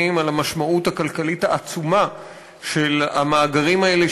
על המשמעות הכלכלית העצומה של המאגרים האלה,